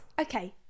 Okay